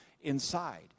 inside